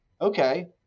Okay